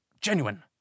genuine